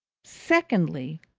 secondly,